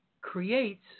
creates